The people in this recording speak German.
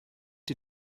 die